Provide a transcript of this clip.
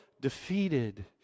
defeated